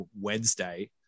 wednesday